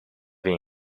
been